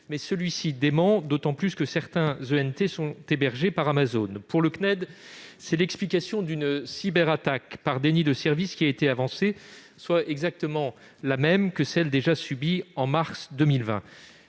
accusation, d'autant que certains ENT sont hébergés par Amazon. Quant au CNED, c'est l'explication d'une cyberattaque par déni de service qui a été avancée, soit exactement la même que celle qui a déjà été subie en mars 2020.